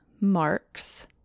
marks